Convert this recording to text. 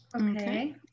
okay